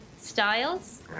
styles